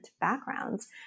backgrounds